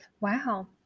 Wow